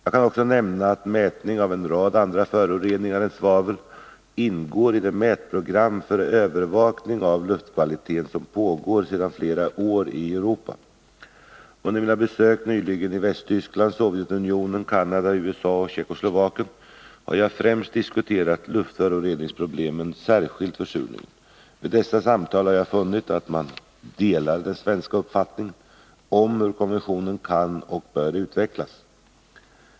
Jag kan också nämna att mätning av en rad andra föroreningar än svavel ingår i det mätprogram för övervakning av luftkvaliteten som pågår sedan flera år i Europa. Under mina besök nyligen i Västtyskland, Sovjetunionen, Canada, USA och Tjeckoslovakien har jag främst diskuterat luftföroreningsproblemen, särskilt försurningen. Vid dessa samtal har jag funnit att man delar den svenska uppfattningen om hur konventionen kan och bör utvecklas.